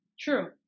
true